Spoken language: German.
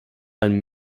einen